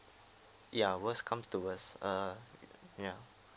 ya worst come to worst err ya